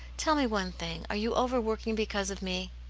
tell me one thing, are you over-working because of me?